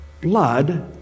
blood